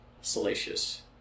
salacious